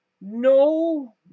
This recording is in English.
no